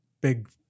big